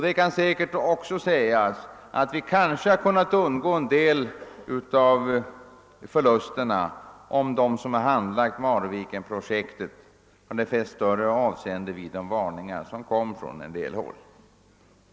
Det kan också sägas att vi kanske hade kunnat undvika en del förluster om de som handlagt Marvikenprojektet hade fäst större avseende vid de varningar som framfördes från en del håll.